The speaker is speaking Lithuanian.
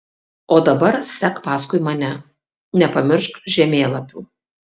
o dabar sek paskui mane nepamiršk žemėlapių